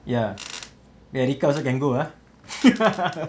ya nerika also can go ah